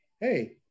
hey